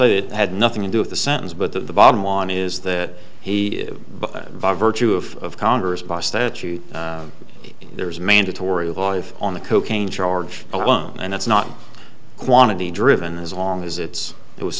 say it had nothing to do with the sentence but the bottom line is that he virtue of congress by statute there's mandatory life on the cocaine charge alone and it's not quantity driven as long as it's it was